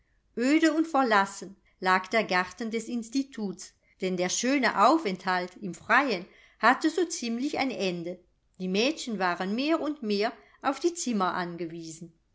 oede und verlassen lag der garten des instituts denn der schöne aufenthalt im freien hatte so ziemlich ein ende die mädchen waren mehr und mehr auf die zimmer angewiesen